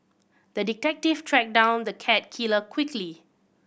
the detective tracked down the cat killer quickly